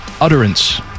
utterance